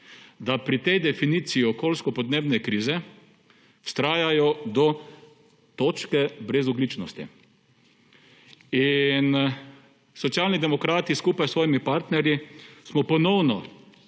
da pri tej definiciji okoljsko-podnebne krize vztrajajo do točke brezogličnosti. Socialni demokrati smo skupaj s svojimi partnerji ponovno